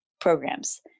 programs